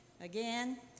Again